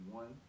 one